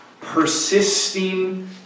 persisting